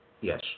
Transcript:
Yes